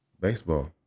Baseball